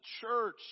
church